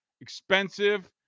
expensive